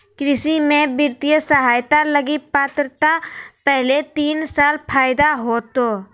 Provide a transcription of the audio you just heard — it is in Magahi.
कृषि में वित्तीय सहायता लगी पात्रता पहले तीन साल फ़ायदा होतो